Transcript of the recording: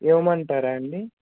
ఇవ్వమంటారా అండి